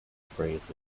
phrase